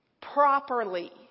properly